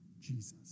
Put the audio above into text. Jesus